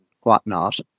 whatnot